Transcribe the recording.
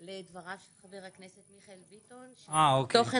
לדבריו של חבר הכנסת מיכאל ביטון שתוכן